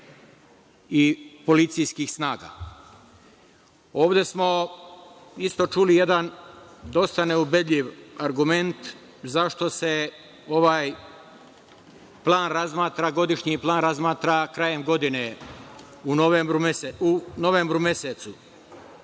i policijskih snaga. Ovde smo isto čuli jedan dosta neubedljiv argument, zašto se ovaj godišnji plan razmatra krajem godine, u novembru mesecu.